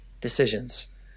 decisions